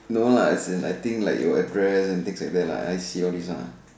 no lah like as in I think like your address and things like that and I_C all this lah